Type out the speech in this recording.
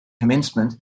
commencement